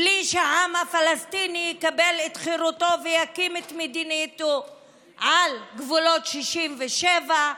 בלי שהעם הפלסטיני יקבל את חירותו ויקים את מדינתו בגבולות 67',